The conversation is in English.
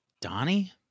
Donnie